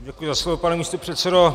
Děkuji za slovo, pane místopředsedo.